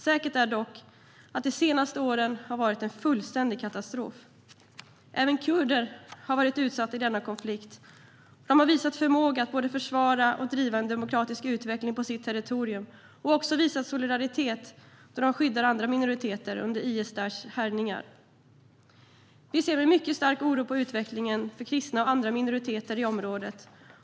Säkert är dock att de senaste åren har varit en fullständig katastrof. Även kurder har varit utsatta i denna konflikt. De har visat förmåga att både försvara sitt territorium och driva en demokratisk utveckling där. De har också visat solidaritet genom att skydda andra minoriteter under IS/Daishs härjningar. Vi ser med mycket stark oro på utvecklingen för kristna och andra minoriteter i området.